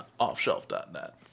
offshelf.net